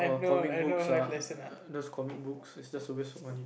comic books ah those comic books are just a waste of money